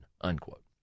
unquote